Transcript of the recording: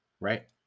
right